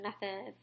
methods